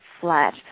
flat